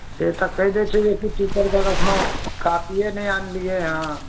से तऽ कहि दै छै जे पिठेपर कहलक हँ कापिए नहि आनलिए हँ